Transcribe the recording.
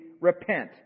repent